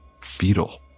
fetal